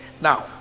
now